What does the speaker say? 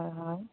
হয় হয়